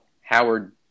Howard